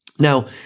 Now